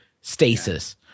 stasis